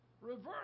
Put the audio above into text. Reverse